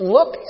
Look